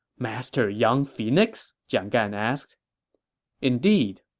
master young phoenix? jiang gan asked indeed.